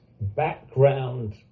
background